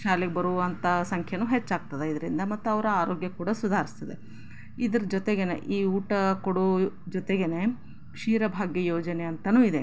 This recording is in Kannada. ಶಾಲೆಗೆ ಬರುವಂಥ ಸಂಖ್ಯೆಯು ಹೆಚ್ಚಾಗ್ತದೆ ಇದರಿಂದ ಮತ್ತು ಅವರ ಆರೋಗ್ಯ ಕೂಡ ಸುಧಾರಿಸ್ತದೆ ಇದ್ರ ಜೊತೆಗೆ ಈ ಊಟ ಕೊಡೋ ಜೊತೆಗೆ ಕ್ಷೀರ ಭಾಗ್ಯ ಯೋಜನೆ ಅಂತಲೂ ಇದೆ